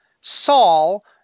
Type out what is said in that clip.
Saul